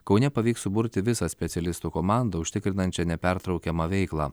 kaune pavyks suburti visą specialistų komandą užtikrinančią nepertraukiamą veiklą